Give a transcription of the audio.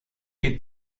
que